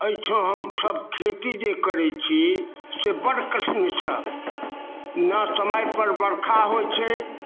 अइ ठाम हमसब खेती जे करइ छी से बड्ड कठिन सए ना समयपर बरखा होइ छै